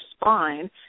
spine